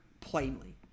plainly